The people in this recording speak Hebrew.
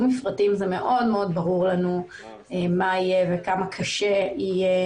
מפרטים זה מאוד מאוד ברור לנו מה יהיה וכמה קשה יהיה